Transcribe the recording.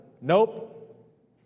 nope